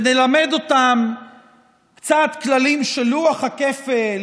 ונלמד אותם קצת כללים של לוח הכפל